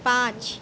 پانچ